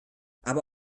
aber